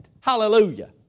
Hallelujah